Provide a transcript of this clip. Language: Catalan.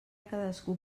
cadascú